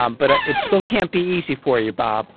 um but ah it still can't be easy for you, bob